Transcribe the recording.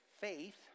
Faith